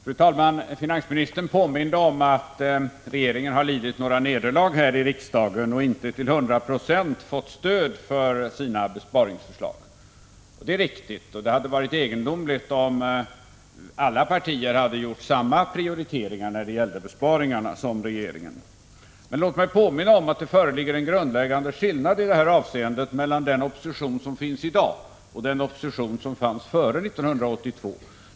Fru talman! Finansministern påminde om att regeringen har lidit vissa nederlag här i riksdagen och inte till hundra procent fått stöd för sina besparingsförslag. Det är riktigt, men det hade varit egendomligt om alla partier hade gjort precis samma prioriteringar som regeringen när det gäller besparingar. Låt mig påminna om att det föreligger en grundläggande skillnad i det avseendet mellan den opposition som finns i dag och den som fanns före 1982.